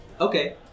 Okay